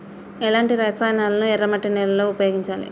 ఎలాంటి రసాయనాలను ఎర్ర మట్టి నేల లో ఉపయోగించాలి?